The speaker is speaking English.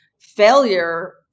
failure